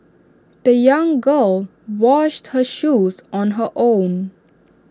the young girl washed her shoes on her own